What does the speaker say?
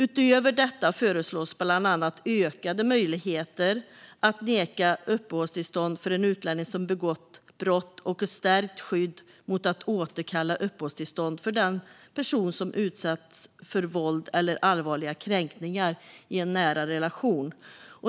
Utöver detta föreslås bland annat ökade möjligheter att neka uppehållstillstånd för en utlänning som begått brott och ett stärkt skydd mot att återkalla uppehållstillstånd för den person som utsatts för våld eller allvarliga kränkningar i en nära relation.